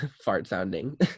fart-sounding